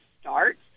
start